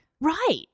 Right